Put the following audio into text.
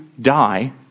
die